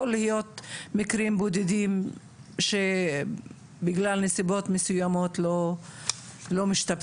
יכול להיות מקרים בודדים שבגלל נסיבות מסוימות לא משתבצים.